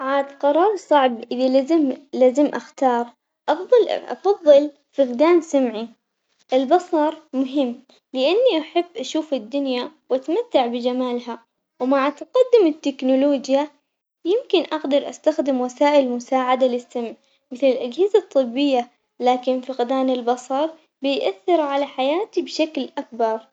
عاد قرار صعب إذا لزم لازم أختار أفضل أفضل فقدان سمعي، البصر مهم لأني أحب أشوف الدنيا وأتمتع بجمالها ومع تقدم التكنولوجيا يمكن أقدر أستخدم وسائل مساعدة للسمع مثل الأجهزة الطبية لكن فقدان البصر بيبأثر على حياتي بشكل أكبر.